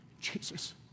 Jesus